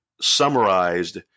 summarized